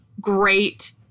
great